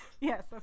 Yes